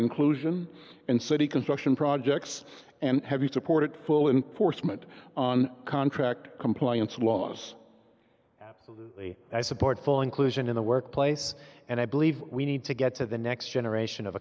inclusion in city construction projects and have you supported full in force meant on contract compliance was absolutely i support full inclusion in the workplace and i believe we need to get to the next generation of